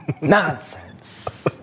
Nonsense